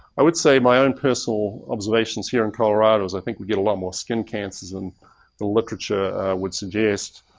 i would say my own personal observations here in colorado is i think we get a lot more skin cancers than and the literature would suggest.